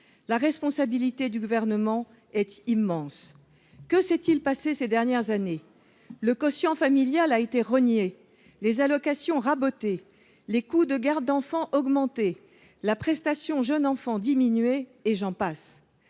la responsabilité du Gouvernement est immense. Que s’est il passé ces dernières années ? Le quotient familial a été rogné, les allocations ont été rabotées, les coûts de garde d’enfant ont augmenté, la prestation d’accueil du jeune enfant a diminué… et j’en passe